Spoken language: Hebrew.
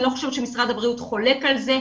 אני לא חושבת שמשרד הבריאות חולק על זה.